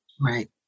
Right